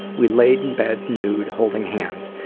we laid in bed nude, holding hands,